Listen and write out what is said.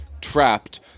trapped